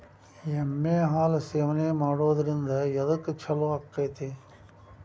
ಎಮ್ಮಿ ಹಾಲು ಸೇವನೆ ಮಾಡೋದ್ರಿಂದ ಎದ್ಕ ಛಲೋ ಆಕ್ಕೆತಿ?